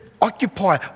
occupy